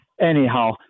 anyhow